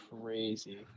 crazy